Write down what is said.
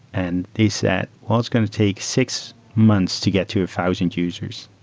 and they said, well, it's going to take six months to get to a thousand users.